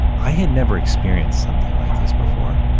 i had never experienced something like this before.